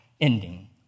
ending